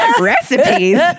Recipes